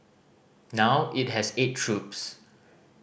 now it has eight troops